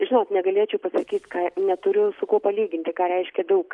žinot negalėčiau pasakyt ką neturiu su kuo palyginti ką reiškia daug